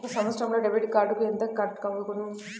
ఒక సంవత్సరంలో డెబిట్ కార్డుకు ఎంత కట్ అగును?